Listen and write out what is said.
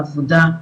עבודה,